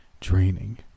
draining